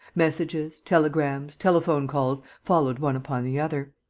messages, telegrams, telephone calls followed one upon the other.